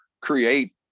create